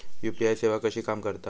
UPI सेवा कशी काम करता?